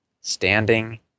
standing